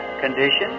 condition